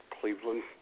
Cleveland